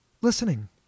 listening